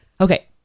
Okay